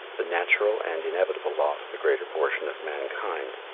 the natural and inevitable lot of the greater portion of mankind.